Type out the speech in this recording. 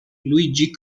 luigi